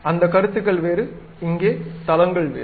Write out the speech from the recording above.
அந்த கருத்துக்கள் வேறு இங்கே தளங்கள் வேறு